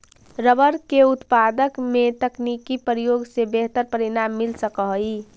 rubber के उत्पादन में तकनीकी प्रयोग से बेहतर परिणाम मिल सकऽ हई